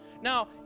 Now